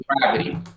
gravity